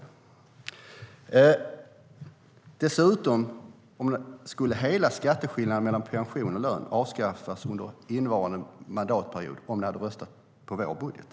Dessutom skulle hela skatteskillnaden mellan pension och lön avskaffas under innevarande mandatperiod om ni hade röstat på vår budget.